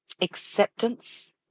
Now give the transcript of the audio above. acceptance